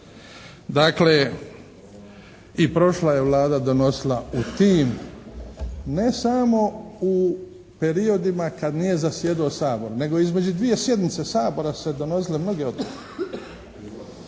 Dakle, i prošla je Vlada donosila u tim ne samo periodima kad nije zasjedao Sabor nego između 2 sjednice Sabora su se donosile mnoge odluke.